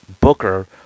booker